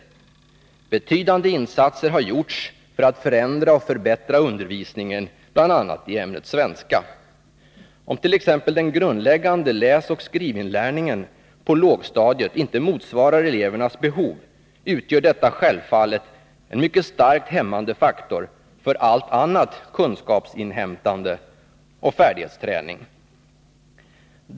Betydande insatser har gjorts för att förändra och förbättra undervisningen i bl.a. ämnet svenska. Om t.ex. den grundläggande läsoch skrivinlärningen på lågstadiet inte motsvarar elevernas behov, utgör detta självfallet en mycket starkt hämmande faktor för allt annat kunskapsinhämtande och för färdighetsträningen.